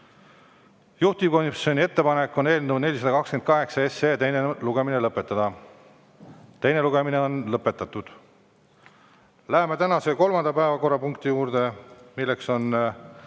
Juhtivkomisjoni ettepanek on eelnõu 428 teine lugemine lõpetada. Teine lugemine on lõpetatud. Läheme tänase kolmanda päevakorrapunkti juurde, mis on